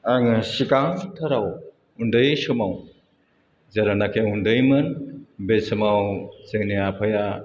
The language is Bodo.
आङो सिगांथाराव उन्दै समाव जेलानाखि उन्दैमोन बे समाव जोंनि आफाया